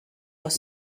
was